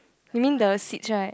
you mean the seats right